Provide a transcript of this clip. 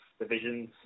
divisions